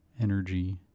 energy